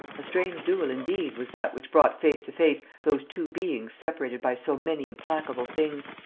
a strange duel indeed was that which brought face to face those two beings separated by so many implacable things!